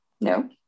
no